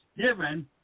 given